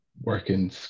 working